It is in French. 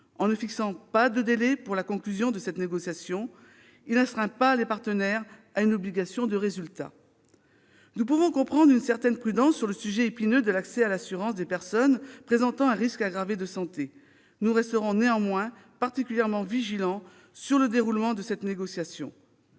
En ne fixant pas de délai pour la conclusion de cette négociation, le texte n'astreint pas les partenaires à une obligation de résultat. Nous pouvons comprendre une certaine prudence sur le sujet épineux de l'accès à l'assurance des personnes présentant un risque aggravé de santé. Nous resterons néanmoins particulièrement vigilants quant au déroulement de cette négociation.